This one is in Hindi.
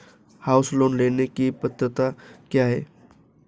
हाउस लोंन लेने की पात्रता क्या है?